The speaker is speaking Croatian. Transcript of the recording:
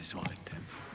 Izvolite.